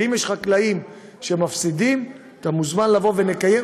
ואם יש חקלאים שמפסידים, אתה מוזמן לבוא, ונקיים,